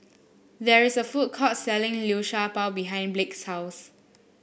there is a food court selling Liu Sha Bao behind Blake's house